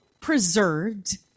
preserved